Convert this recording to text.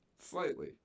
slightly